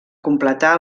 completar